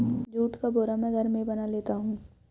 जुट का बोरा मैं घर में बना लेता हूं